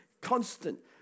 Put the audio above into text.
constant